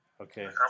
Okay